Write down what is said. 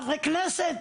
חברי הכנסת,